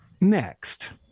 next